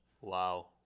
Wow